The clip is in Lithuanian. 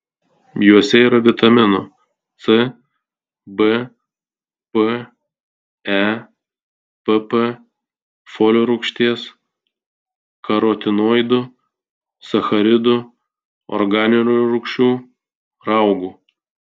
juose yra vitaminų c b p e pp folio rūgšties karotinoidų sacharidų organinių rūgščių raugų